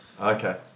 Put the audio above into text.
Okay